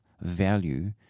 value